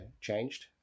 changed